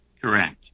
Correct